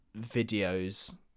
videos